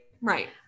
Right